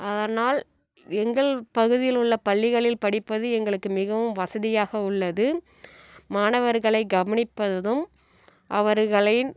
அதனால் எங்கள் பகுதியில் உள்ள பள்ளிகளில் படிப்பது எங்களுக்கு மிகவும் வசதியாக உள்ளது மாணவர்களைக் கவனிப்பதும் அவர்களின்